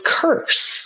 curse